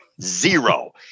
zero